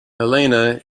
helena